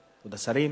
כבוד השרים,